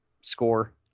score